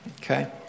Okay